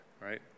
right